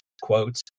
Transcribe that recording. quote